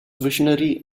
visionary